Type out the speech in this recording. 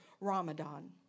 Ramadan